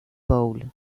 bowl